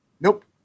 Nope